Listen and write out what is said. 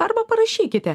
arba parašykite